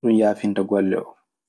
Ɗun yaafinta golle oo.